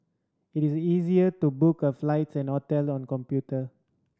it is easier to book a flights and hotel on computer